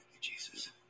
Jesus